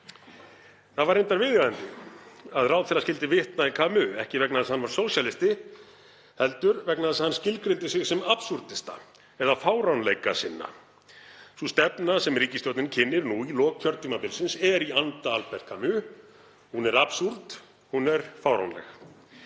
Það var reyndar viðeigandi að ráðherra skyldi vitna í Camus, ekki vegna þess að hann var sósíalisti heldur vegna þess að hann skilgreindi sig sem absúrdista eða fáránleikasinna. Sú stefna sem ríkisstjórnin kynnir nú í lok kjörtímabilsins er í anda Albert Camus. Hún er absúrd, hún er fáránleg.